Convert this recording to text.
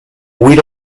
where